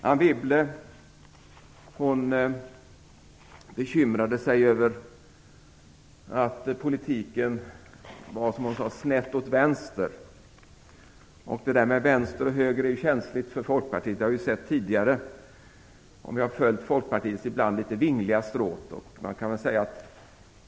Anne Wibble bekymrade sig över att politiken var sned åt vänster, som hon sade. Detta med vänster och höger är ju känsligt för Folkpartiet. Det har vi sett tidigare när vi har följt Folkpartiets ibland litet vingliga stråt.